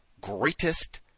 greatest